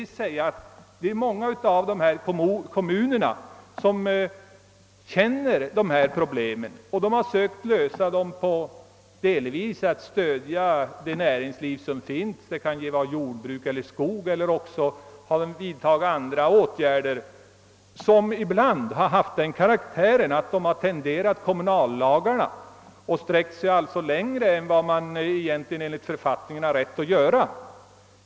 Många av kommunerna i glesbygderna är medvetna om problemen och försöker lösa dem antingen genom att stödja det näringsliv som finns på orten — det kan vara jordbruk eller skogsbruk — eller genom att vidta andra åtgärder, som ibland haft den karaktären, att de sträckt sig längre än vad kommunallagarna egentligen tillåter.